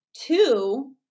two